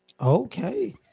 Okay